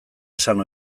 esan